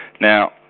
Now